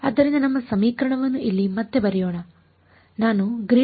ಆದ್ದರಿಂದ ನಮ್ಮ ಸಮೀಕರಣವನ್ನು ಇಲ್ಲಿ ಮತ್ತೆ ಬರೆಯೋಣ